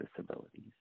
disabilities